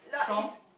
from